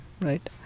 right